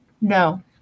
No